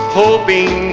hoping